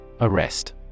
Arrest